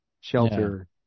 shelter